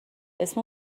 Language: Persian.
اسم